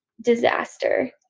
disaster